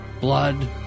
Blood